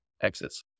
exits